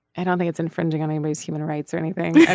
i don't thing it's infringing on amy's human rights or anything.